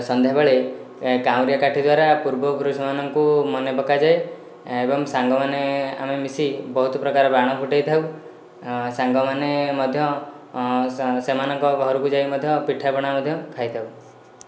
ସନ୍ଧ୍ୟାବେଳେ କାଉଁରିଆ କାଠି ଦ୍ଵାରା ପୂର୍ବପୁରୁଷମାନଙ୍କୁ ମନେ ପକାଯାଏ ଏବଂ ସାଙ୍ଗମାନେ ଆମେ ମିଶି ବହୁତ ପ୍ରକାର ବାଣ ଫୁଟାଇଥାଉ ସାଙ୍ଗମାନେ ମଧ୍ୟ ସେମାନଙ୍କ ଘରକୁ ଯାଇ ମଧ୍ୟ ପିଠାପଣା ମଧ୍ୟ ଖାଇଥାଉ